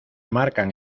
marcan